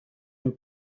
mil